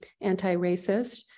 anti-racist